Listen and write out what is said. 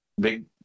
big